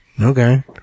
Okay